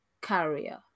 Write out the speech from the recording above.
carrier